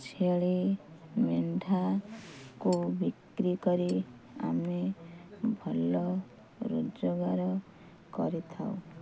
ଛେଳି ମେଣ୍ଡାକୁ ବିକ୍ରି କରି ଆମେ ଭଲ ରୋଜଗାର କରିଥାଉ